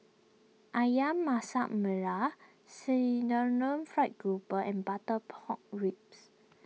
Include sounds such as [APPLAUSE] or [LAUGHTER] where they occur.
Ayam Masak Merah [UNINTELLIGIBLE] Fried Grouper and Butter Pork Ribs